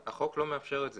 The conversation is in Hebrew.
החוק לא מאפשר את זה.